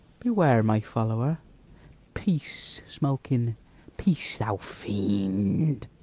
beware my follower peace, smulkin peace, thou fiend!